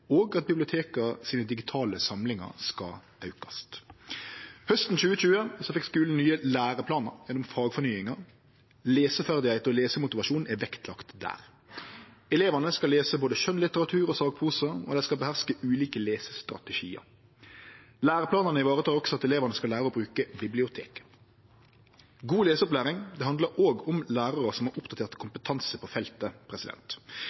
og at biblioteka sine digitale samlingar skal aukast. Hausten 2020 fekk skulen nye læreplanar gjennom fagfornyinga. Leseferdigheiter og lesemotivasjon er vektlagde der. Elevane skal lese både skjønnlitteratur og sakprosa, og dei skal beherske ulike lesestrategiar. Læreplanane varetek også at elevane skal lære å bruke bibliotek. God leseopplæring handlar også om lærarar som har oppdatert